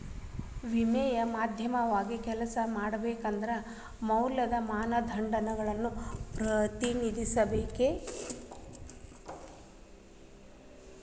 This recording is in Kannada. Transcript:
ವಿನಿಮಯ ಮಾಧ್ಯಮವಾಗಿ ಕೆಲ್ಸ ಮಾಡಬೇಕಂದ್ರ ಮೌಲ್ಯದ ಮಾನದಂಡವನ್ನ ಪ್ರತಿನಿಧಿಸಬೇಕ